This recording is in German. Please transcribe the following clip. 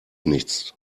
nichts